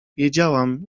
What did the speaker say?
wiedziałam